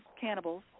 cannibals